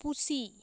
ᱯᱩᱥᱤ